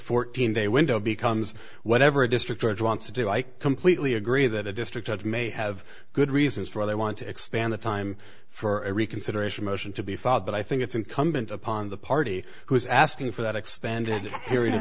fourteen day window becomes whatever a district judge wants to do i completely agree that a district judge may have good reasons for why they want to expand the time for a reconsideration motion to be filed but i think it's incumbent upon the party who is asking for that expanded period of